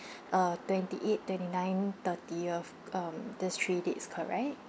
uh twenty eight twenty nine thirtieth um these three dates correct